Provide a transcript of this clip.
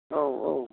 औ औ